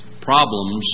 problems